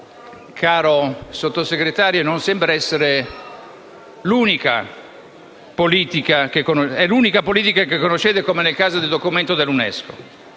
caro Sottosegretario, sembra essere l'unica che conoscete, come nel caso del documento dell'UNESCO.